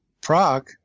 Prague